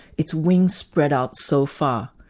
its wings spread out so far,